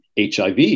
HIV